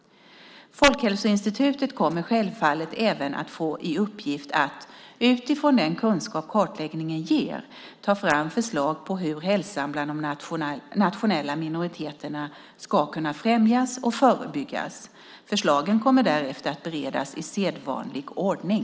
Folkhälsoinstitutet kommer självfallet även att få i uppgift att - utifrån den kunskap kartläggningen ger - ta fram förslag på hur hälsan bland de nationella minoriteterna ska kunna främjas och förebyggas. Förslagen kommer därefter att beredas i sedvanlig ordning.